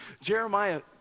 Jeremiah